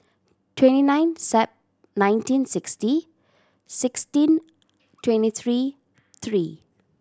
twenty nine Sep nineteen sixty sixteen twenty three three